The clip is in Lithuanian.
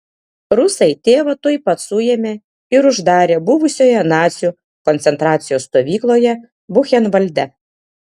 rusai tėvą tuoj pat suėmė ir uždarė buvusioje nacių koncentracijos stovykloje buchenvalde